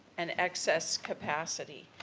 and excess capacity.